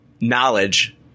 knowledge